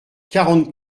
quarante